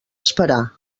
esperar